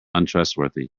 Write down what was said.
untrustworthy